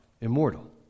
immortal